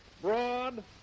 Broad